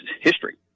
history